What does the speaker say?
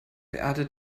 beate